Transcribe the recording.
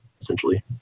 essentially